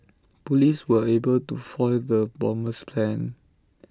Police were able to foil the bomber's plans